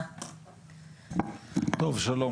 שלום.